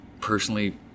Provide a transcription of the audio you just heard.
personally